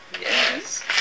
Yes